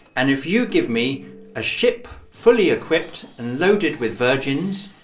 and if you give me a ship fully equipped and loaded with virgins,